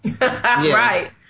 Right